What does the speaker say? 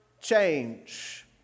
change